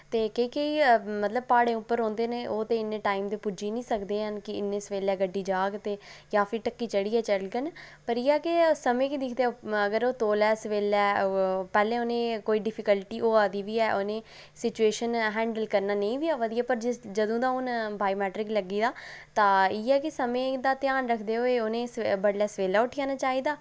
ते की जे मतलब प्हाड़ें उप्पर रौंह्दे न ओह् ते इन्ने टाइम दे पुज्जी निं सकदे हैन कि इन्नी सबेला गड्डी जाह्ग ते जां फ्ही ढक्की चढ़ियै चलङन पर इ'यै ऐ कि समें गी दिखदे अगर ओह् तौलै सबेला पैह्लें उ'नें ई कोई डिफिकल्टी होआ दी बी ऐ उ'नें सिचुएशन हैंडल करना नेईं बी आवै दी ऐ पर जिस जदूं दा हुन बायोमैट्रिक लग्गी दा तां इ'यै कि समें दा ध्यान रखदे होई उ'नें ई बडलै सबेला उठी औना चाहिदा